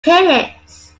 tennis